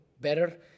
better